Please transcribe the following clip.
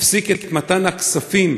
דבר שני, להפסיק את מתן הכספים